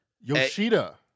Yoshida